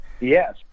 yes